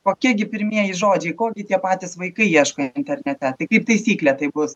kokie gi pirmieji žodžiai ko gi tie patys vaikai ieško internete tai kaip taisyklė tai bus